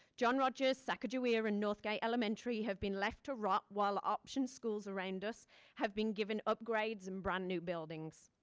john rogers sacajawea and northgate elementary have been left to rot while option schools around us have been given upgrades and brand new buildings.